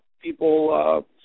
people